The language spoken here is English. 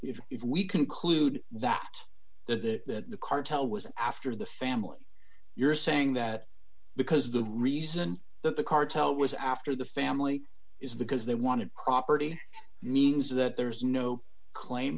if we conclude that the that the cartel was after the family you're saying that because the reason that the cartel was after the family is because they wanted property means that there's no claim